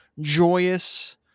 joyous